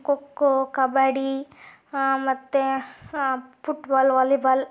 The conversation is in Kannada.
ಖೋಖೋ ಕಬಡ್ಡಿ ಮತ್ತು ಪುಟ್ಬಾಲ್ ವಾಲಿಬಾಲ್